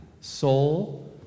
Soul